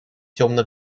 темно